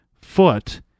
foot